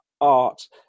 art